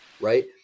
right